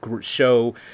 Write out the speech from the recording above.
show